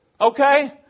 Okay